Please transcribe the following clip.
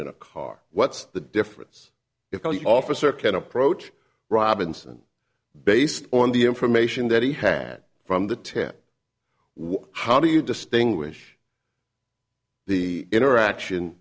in a car what's the difference if the officer can approach robinson based on the information that he had from the ten what how do you distinguish the interaction